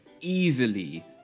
easily